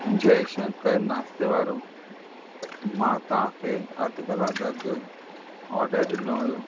जय शंकर नाश्ते वारो मां तव्हांखे अधि कलाक अॻु ऑर्डरु ॾिनो हो